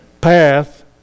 path